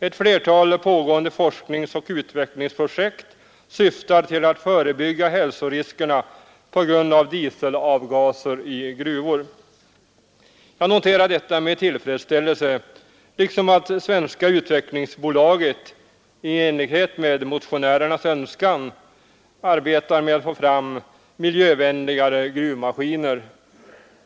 ”Ett flertal pågående forskningsoch utvecklingsprojekt syftar till att förebygga hälsoriskerna på grund av dieselavgaser i gruvor.” Jag noterar detta med tillfredsställelse, liksom att Svenska utvecklings AB i enlighet med motionärernas önskan arbetar med att få fram miljövänligare gruvmaskiner.